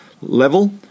level